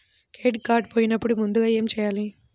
Credit card పోయినపుడు ముందుగా ఏమి చేయాలి?